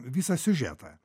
visą siužetą